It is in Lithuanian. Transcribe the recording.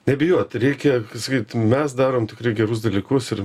nebijot reikia kaip sakyt mes darom tikrai gerus dalykus ir